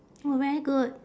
!wah! very good